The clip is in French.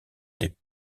des